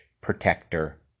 protector